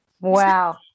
Wow